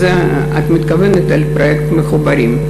את מתכוונת לפרויקט "מחוברים".